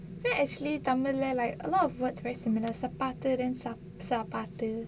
you know actually tamil lah like a lot of word very similar சப்பாத்து:sappaathu then சாப்பாட்டு:saappaattu